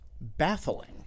baffling